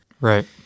Right